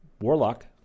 warlock